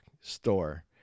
store